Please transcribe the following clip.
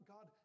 God